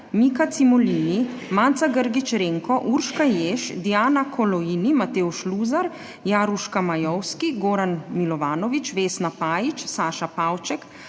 Mika Cimolini, Manca Grgić Renko, Urška Jež, Diana Koloini, Matevž Luzar, Jaruška Majovski, Goran Milovanović, Vesna Pajić, Saša Pavček,